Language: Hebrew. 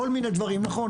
תכנון,